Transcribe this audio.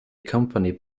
company